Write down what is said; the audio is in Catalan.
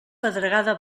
pedregada